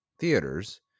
theaters